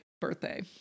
birthday